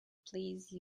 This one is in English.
please